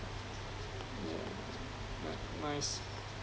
yeah ni~ nice